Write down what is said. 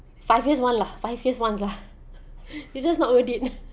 five years one lah five years once lah it's just not worth it